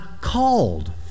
called